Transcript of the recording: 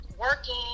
working